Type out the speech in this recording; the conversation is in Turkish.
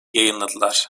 yayınladılar